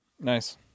Nice